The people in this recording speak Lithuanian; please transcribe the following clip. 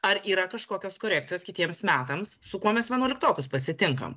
ar yra kažkokios korekcijos kitiems metams su kuo mes vienuoliktokus pasitinkam